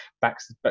backs